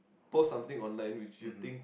post something online which you think